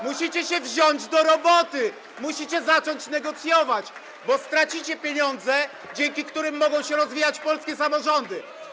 Musicie się wziąć do roboty, musicie zacząć negocjować, bo stracicie pieniądze, dzięki którym mogą się rozwijać polskie samorządy.